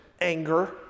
anger